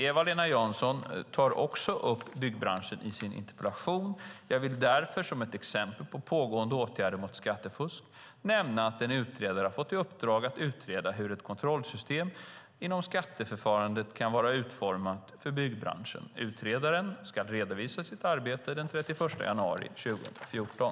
Eva-Lena Jansson tar också upp byggbranschen i sin interpellation. Jag vill därför som ett exempel på pågående åtgärder mot skattefusk nämna att en utredare har fått i uppdrag att utreda hur ett kontrollsystem inom skatteförfarandet kan vara utformat för byggbranschen. Utredaren ska redovisa sitt arbete den 31 januari 2014.